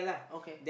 okay